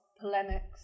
polemics